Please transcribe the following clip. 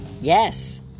Yes